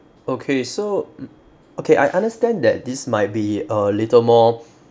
okay so mm okay I understand that this might be a little more